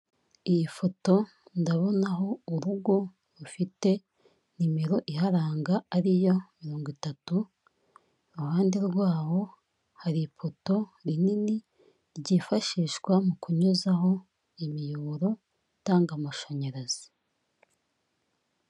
Iyi foto ndabonaho urugo rufite nimero iharanga, ariyo mirongo itatu. I ruhande rwaho hari ipoto rinini ryifashishwa, mu kunyuzaho imiyoboro itanga amashanyarazi.